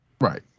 Right